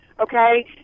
Okay